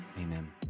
Amen